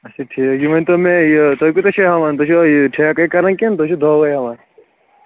اَچھا ٹھیٖک یہِ ؤنۍتو مےٚ یہِ تۄہہِ کوٗتاہ چھُو ہٮ۪وان تُہۍ چھُوا یہِ ٹھیکٕے کَران کِنہٕ تُہۍ چھُو دۄہ وَے ہٮ۪وان